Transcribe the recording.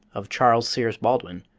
of charles sears baldwin,